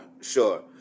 sure